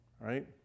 right